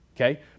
okay